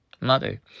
Mother